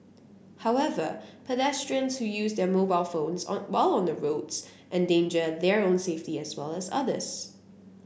however pedestrians who use their mobile phones on while on the roads endanger their own safety as well as others